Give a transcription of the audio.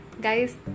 guys